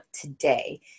today